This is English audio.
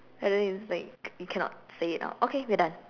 and then it's like you cannot say it out okay we're done